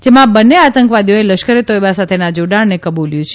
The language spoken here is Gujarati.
જેમાં આ બંને આતંકવાદીઓએ લશ્કરે તોયબા સાથેના જાડાણને કબૂલ્યું છે